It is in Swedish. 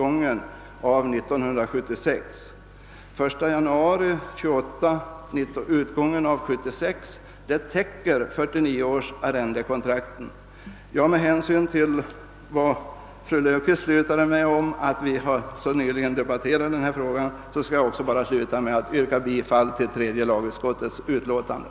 Fru Löfqvist slutade med att säga att vi helt nyligen har debatterat denna fråga, och därför skall jag också sluta med att yrka bifall till tredje lagutskottets hemställan.